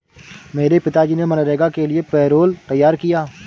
मेरे पिताजी ने मनरेगा के लिए पैरोल तैयार किया